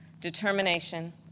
determination